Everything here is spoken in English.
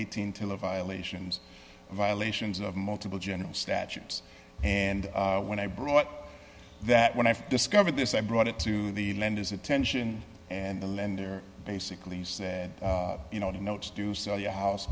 eighteen tila violations violations of multiple general statutes and when i brought that when i discovered this i brought it to the lenders attention and the lender basically said you know the notes do sell your house